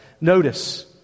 Notice